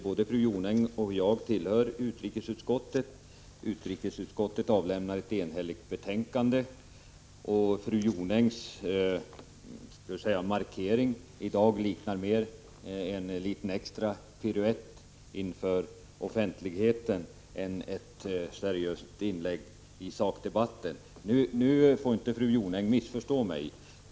Både fru Jonäng och jag tillhör utrikesutskottet. Utrikesutskottet har avgivit ett enhälligt betänkande. Fru Jonängs markering i dag liknar mer en extra piruett inför offentligheten än ett seriöst inlägg i sakdebatten. Nu får inte fru Jonäng missförstå mig.